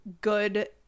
good